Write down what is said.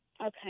Okay